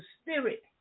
spirit